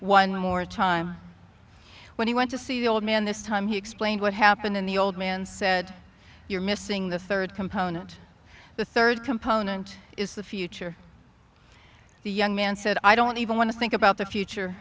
one more time when he went to see the old man this time he explained what happened in the old man said you're missing the third component the third component is the future the young man said i don't even want to think about the future